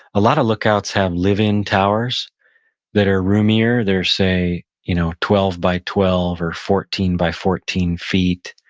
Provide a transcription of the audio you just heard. a lot of lookouts have living towers that are roomier. they're say you know twelve by twelve or fourteen by fourteen feet,